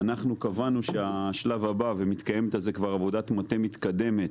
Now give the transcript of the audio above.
אנחנו קבענו שהשלב הבא ומתקיימת על זה כבר עבודת מטה מתקדמת